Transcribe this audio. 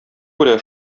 күрә